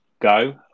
Go